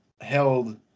held